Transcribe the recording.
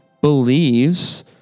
believes